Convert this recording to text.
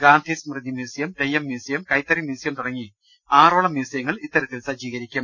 Gandhi Smriti museum theyyam museum കൈത്തറി museum തുടങ്ങി ആറോളം മ്യൂസിയങ്ങൾ ഇത്തരത്തിൽ സജീകരിക്കും